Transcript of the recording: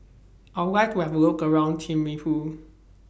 I Would like to Have A Look around Thimphu